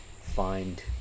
find